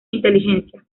inteligencia